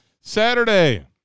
Saturday